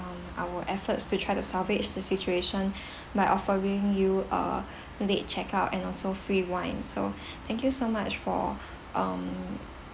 uh our efforts to try to salvage the situation by offering you uh late check out and also free wine so thank you so much for um